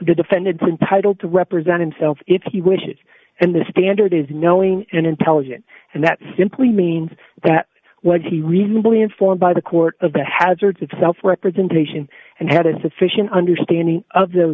defendants entitle to represent himself if he wishes and the standard is knowing and intelligent and that simply means that what he reasonably informed by the court of the hazards itself representation and had a sufficient understanding of the